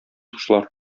кошлар